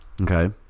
Okay